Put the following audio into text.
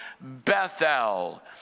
Bethel